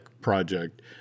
project